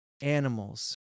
animals